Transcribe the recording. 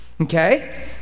okay